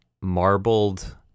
marbled